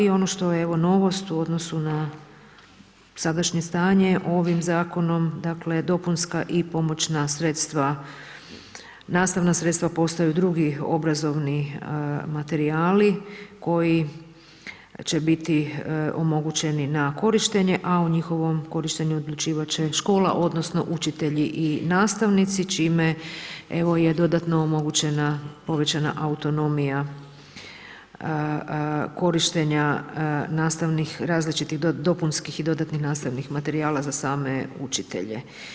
I ono što je evo novost u odnosu na sadašnje stanje, ovim zakonom dakle, dopunska i pomoćna sredstva nastavna sredstva postaju drugi obrazovni materijali, koji će biti omogućeni na korištenje, a o njihovom korištenju odlučivati će škola, odnosno, učitelji i nastavnici, čime evo je dodatno omogućena povećana autonomija, korištenja nastavnih, različitih dopunskih i dodatnih nastavnih materijala za same učitelje.